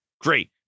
Great